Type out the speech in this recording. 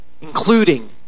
including